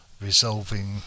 resolving